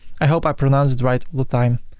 i hope i pronounce it right with time.